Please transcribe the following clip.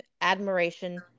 admiration